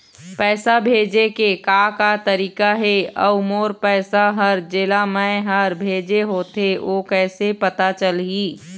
पैसा भेजे के का का तरीका हे अऊ मोर पैसा हर जेला मैं हर भेजे होथे ओ कैसे पता चलही?